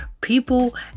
People